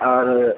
और